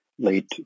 late